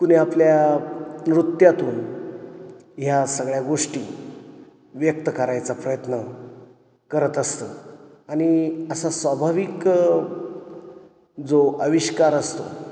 कुणी आपल्या नृत्यातून ह्या सगळ्या गोष्टी व्यक्त करायचा प्रयत्न करत असतं आणि असा स्वाभाविक जो अविष्कार असतो